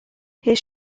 his